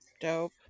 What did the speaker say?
dope